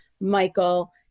Michael